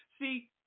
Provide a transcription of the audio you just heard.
See